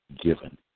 given